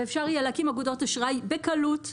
ואפשר יהיה להקים אגודות אשראי בקלות,